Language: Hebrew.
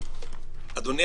אדוני,